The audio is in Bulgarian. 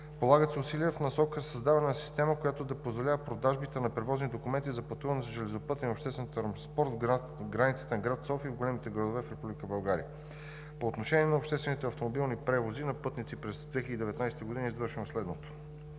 Полагат се усилия в насока за създаване на система, която да позволява продажба на превозни документи за пътуване с железопътен и обществен транспорт в границите на град София и големите градове в Република България. По отношение на обществените автомобилни превози на пътници през 2019 г. е извършено следното.